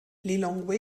lilongwe